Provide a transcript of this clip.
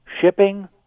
shipping